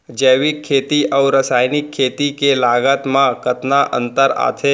जैविक खेती अऊ रसायनिक खेती के लागत मा कतना अंतर आथे?